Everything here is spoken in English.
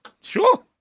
Sure